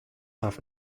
have